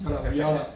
ya ya lah